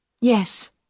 Yes